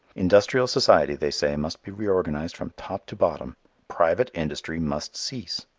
industrial society, they say, must be reorganized from top to bottom private industry must cease.